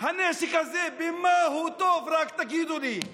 הנשק הזה, במה הוא טוב, רק תגידו לי.